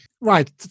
Right